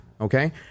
okay